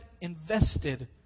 invested